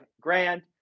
grand